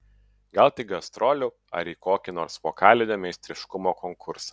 gal tik gastrolių ar į kokį nors vokalinio meistriškumo konkursą